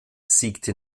siegte